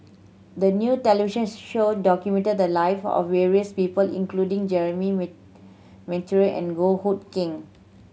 the new televisions show documented the life of various people including Jeremy Monteiro and Goh Hood Keng